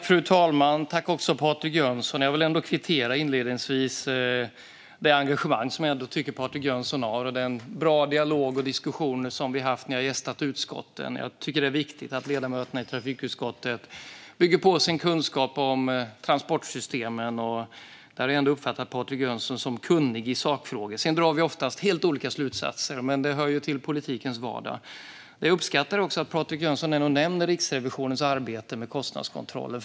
Fru talman! Jag vill inledningsvis kvittera det engagemang som jag tycker att Patrik Jönsson ändå har. Det är en bra dialog och diskussion som vi har haft när jag har gästat utskotten. Jag tycker att det är viktigt att ledamöterna i trafikutskottet bygger på sin kunskap om transportsystemen, och där har jag ändå uppfattat Patrik Jönsson som kunnig i sakfrågor. Sedan drar vi oftast helt olika slutsatser. Men det hör till politikens vardag. Jag uppskattar också att Patrik Jönsson nämner Riksrevisionens arbete med kostnadskontrollen.